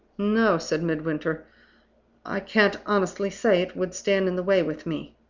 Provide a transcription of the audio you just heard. no, said midwinter i can't honestly say it would stand in the way with me.